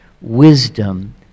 Wisdom